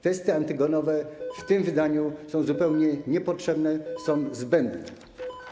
Testy antygenowe w tym wydaniu są zupełnie niepotrzebne, są zbędne.